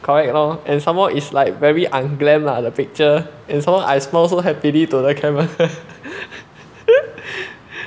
correct lor and some more is like very unglam lah the picture and some more I smile so happily to the camera